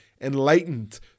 enlightened